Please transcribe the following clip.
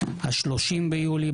30 ביולי,